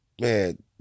man